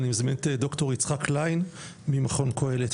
אני אזמין את ד"ר יצחק קליין ממכון קהלת,